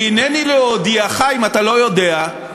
והנני להודיעך, אם אתה לא יודע,